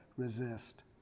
resist